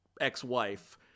ex-wife